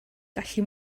gallu